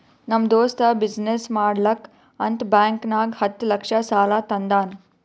ನಮ್ ದೋಸ್ತ ಬಿಸಿನ್ನೆಸ್ ಮಾಡ್ಲಕ್ ಅಂತ್ ಬ್ಯಾಂಕ್ ನಾಗ್ ಹತ್ತ್ ಲಕ್ಷ ಸಾಲಾ ತಂದಾನ್